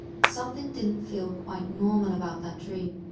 something didn't feel quite normal about that dream.